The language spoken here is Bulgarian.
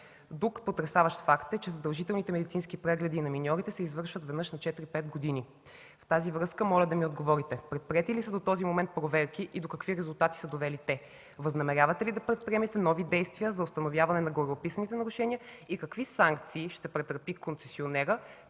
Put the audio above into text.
Друг потресаващ факт е, че задължителните медицински прегледи на миньорите се извършват веднъж на 4-5 години. В тази връзка моля да ми отговорите: предприети ли са до този момент проверки и до какви резултати са довели те? Възнамерявате ли да предприемете нови действия за установяване на гореописаното нарушение и какви санкции ще претърпи концесионерът